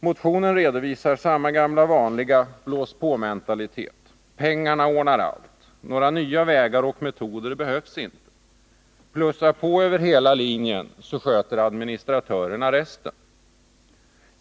Motionen redovisar den gamla vanliga ”blås-på-mentaliteten”. Pengarna ordnar allt, några nya vägar och metoder behövs inte. Plussa på över hela linjen, så sköter administratörerna resten.